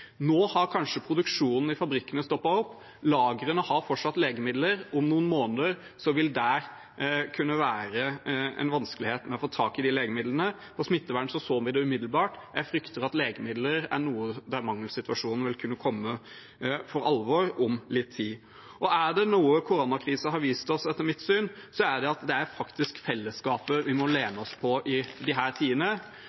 Nå har kanskje produksjonen i fabrikkene stoppet opp. Lagrene har fortsatt legemidler, men om noen måneder vil det kunne være vansker med å få tak i de legemidlene. Med smittevern så vi det umiddelbart. Når det gjelder legemidler, frykter jeg at mangelsituasjonen vil kunne komme for alvor om litt tid. Er det noe koronakrisen har vist oss, er det – etter mitt syn – at det faktisk er fellesskapet vi må